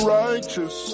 righteous